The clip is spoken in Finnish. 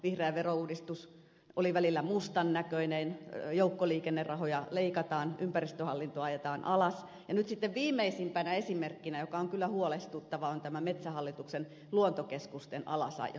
vihreä verouudistus oli välillä mustan näköinen joukkoliikennerahoja leikataan ympäristöhallintoa ajetaan alas ja nyt sitten viimeisimpänä esimerkkinä joka on kyllä huolestuttava on tämä metsähallituksen luontokeskusten alasajo